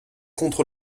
contre